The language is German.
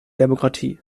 demokratie